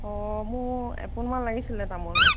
অ মোৰ এপোনমান লাগিছিলে তামোল